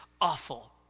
awful